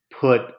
put